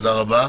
תודה רבה.